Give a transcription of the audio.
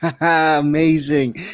amazing